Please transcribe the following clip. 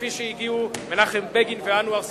כפי שהגיעו מנחם בגין ואנואר סאדאת,